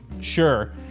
Sure